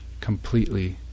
Completely